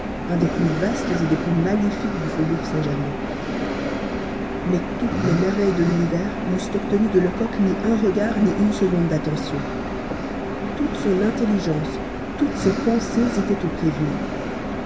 un des plus vastes et des plus magnifiques du faubourg saint-germain mais toutes les merveilles de l'univers n'eussent obtenu de lecoq ni un regard ni une seconde d'attention toute son intelligence toutes ses pensées étaient au prévenu